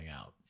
out